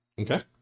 Okay